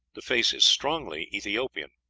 the face is strongly ethiopian.